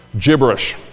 gibberish